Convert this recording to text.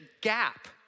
gap